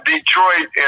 Detroit